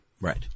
Right